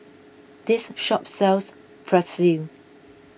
this shop sells Pretzel